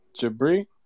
Jabri